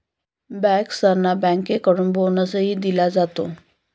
बँकर्सना बँकेकडून बोनसही दिला जातो